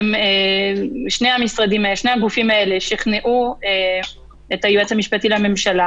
שני הגופים האלה שכנעו את היועץ המשפטי לממשלה,